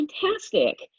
fantastic